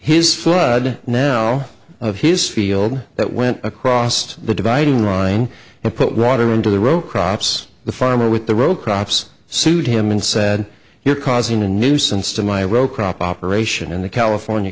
his flood now of his field that went across the dividing line and put water into the row crops the farmer with the row crops sued him and said you're causing a nuisance to my well crop operation and the california